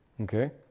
Okay